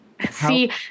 see